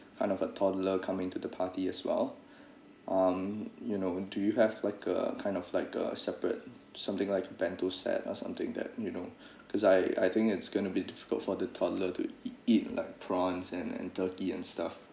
kind of a toddler coming to the party as well um you know do you have like a kind of like a separate something like bento set or something that you know cause I I think it's going to be difficult for the toddler to eat eat like prawns and and turkey and stuff